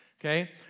Okay